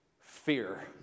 Fear